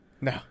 no